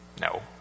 No